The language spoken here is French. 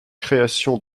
création